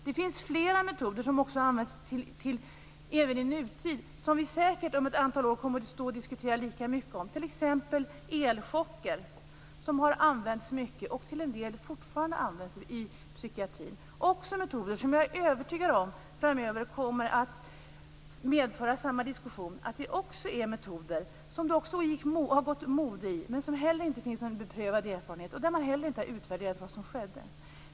Det finns flera metoder som använts även i nutid som vi säkert om ett antal år kommer att diskutera lika mycket, t.ex. elchocker som använts mycket och till en del fortfarande används i psykiatrin. Det finns metoder som jag är övertygad om framöver kommer att medföra samma slags diskussion, som det gått mode i men där det inte finns någon beprövad erfarenhet och där man heller inte har utvärderat vad som skedde.